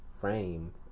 frame